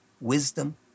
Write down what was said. wisdom